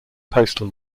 postal